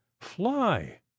Fly